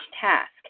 task